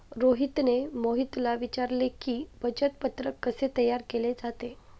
रोहितने मोहितला विचारले की, बचत पत्रक कसे तयार केले जाते?